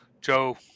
Joe